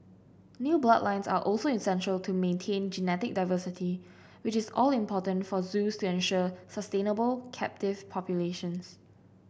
new bloodlines are also essential to maintain genetic diversity which is all important for zoos to ensure sustainable captive populations